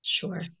Sure